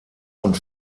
und